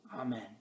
Amen